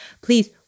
please